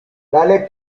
dale